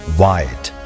white